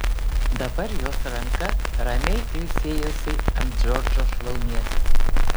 dabar jos ranka ramiai ilsėjosi ant džordžo šlaunies